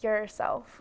yourself